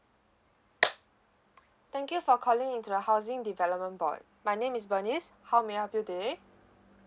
thank you for calling into the housing development board my name is bernice how may I help you today